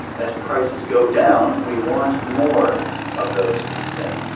as prices go down we want more of those things.